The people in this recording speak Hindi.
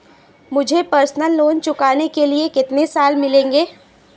मुझे पर्सनल लोंन चुकाने के लिए कितने साल मिलेंगे?